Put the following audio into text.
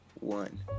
one